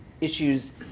issues